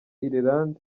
ireland